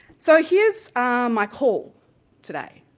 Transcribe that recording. so here's ah my call today.